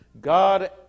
God